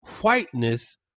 Whiteness